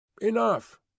enough